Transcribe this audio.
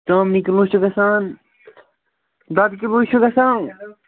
ژامنہِ کِلوٗ حظ چھُ گژھان دۄدٕ کِلوُے چھُ گژھان